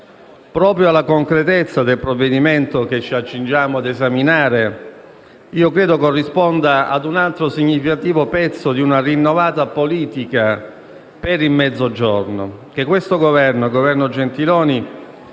visione. La concretezza del provvedimento che ci accingiamo ad esaminare corrisponde a un altro significativo pezzo di una rinnovata politica per il Mezzogiorno che questo Governo, il Governo Gentiloni